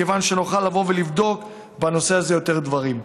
מכיוון שנוכל לבוא ולבדוק בנושא הזה יותר דברים.